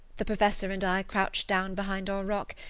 the professor and i crouched down behind our rock,